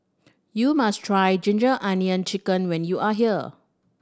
you must try ginger onion chicken when you are here